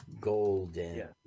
golden